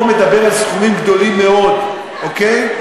החוק פה מדבר על סכומים גדולים מאוד, אוקיי?